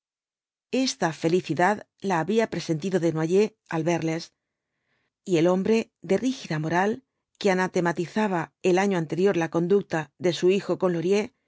esta felicidad la había presentido desnoyers al verles y el hombre de rígida moral que anatematizaba el t ño anterior la conducta de su hijo con